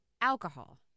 Alcohol